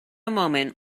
moment